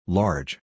large